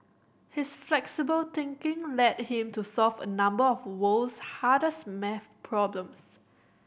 his flexible thinking led him to solve a number of world's hardest maths problems